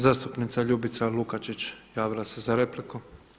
Zastupnica Ljubica Lukačić, javila se za repliku.